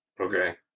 okay